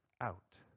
out